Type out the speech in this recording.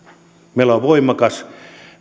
meillä on voimakas